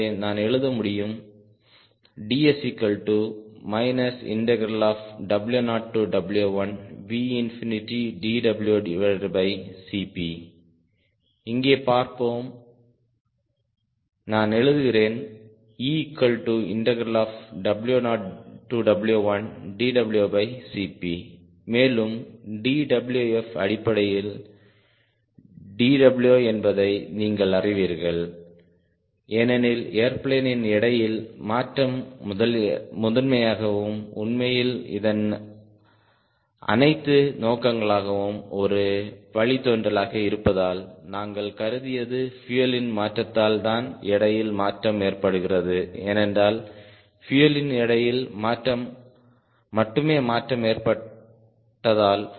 எனவே நான் எழுத முடியும் ds W0W1VdWCP இங்கே பார்ப்போம் நான் எழுதுகிறேன் EW0W1dWCP மேலும் dWf அடிப்படையில் dW என்பதை நீங்கள் அறிவீர்கள் ஏனெனில் ஏர்பிளேனின் எடையில் மாற்றம் முதன்மையாகவும் உண்மையில் இதன் அனைத்து நோக்கங்களுக்காகவும் ஒரு வழித்தோன்றலாக இருப்பதால் நாங்கள் கருதியது பியூயலின் மாற்றத்தால் தான் எடையில் மாற்றம் ஏற்படுகிறது ஏனென்றால் பியூயலின் எடையில் மட்டுமே மாற்றம் ஏற்பட்டதால்